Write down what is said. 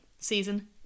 season